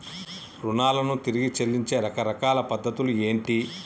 రుణాలను తిరిగి చెల్లించే రకరకాల పద్ధతులు ఏంటి?